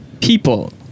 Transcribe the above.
people